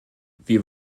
wir